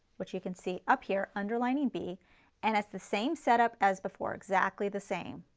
which you can see up here, underlining b and as the same set up as before exactly the same.